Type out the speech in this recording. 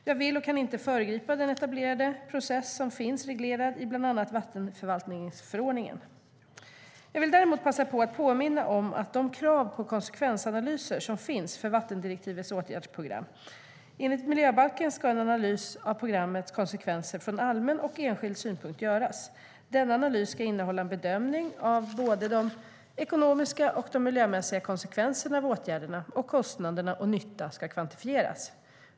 Jag vill och kan inte föregripa den etablerade process som finns reglerad i bland annat vattenförvaltningsförordningen. Jag vill däremot passa på att påminna om de krav på konsekvensanalyser som finns för vattendirektivets åtgärdsprogram. Enligt miljöbalken ska en analys av programmets konsekvenser från allmän och enskild synpunkt göras. Denna analys ska innehålla en bedömning av både de ekonomiska och de miljömässiga konsekvenserna av åtgärderna, och kostnader och nytta ska kvantifieras.